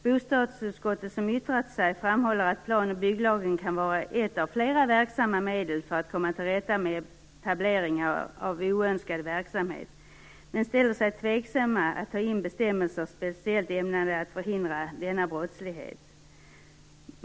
Bostadsutskottet, som yttrat sig, framhåller att plan och bygglagen kan vara ett av flera verksamma medel för att komma till rätta med etableringar av oönskad verksamhet men ställer sig tveksamt till att ta in bestämmelser speciellt ämnade att förhindra denna brottslighet i lagen.